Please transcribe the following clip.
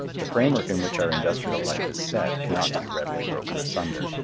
the framework in which our industrial life is set cannot be readily broken asunder.